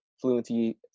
fluency